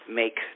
make